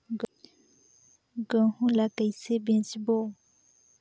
गहूं ला कइसे बेचबो?